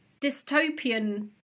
dystopian